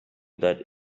that